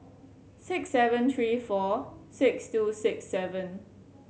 six seven three four six two six seven